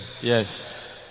Yes